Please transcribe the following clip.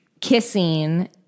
kissing